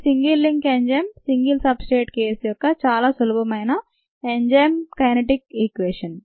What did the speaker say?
ఇది single link enzyme single substrate case యొక్క చాలా సులభమైన ఎంజైమ్ కైనెటిక్స్ ఈక్వేషన్